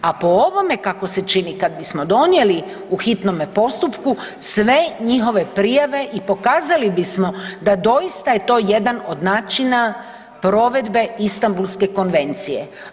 A po ovome kako se čini kad bismo donijeli u hitnome postupku sve njihove prijave i pokazali bismo da doista je to jedan od načina provedbe Istambulske konvencije.